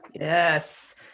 yes